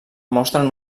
mostren